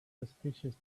suspicious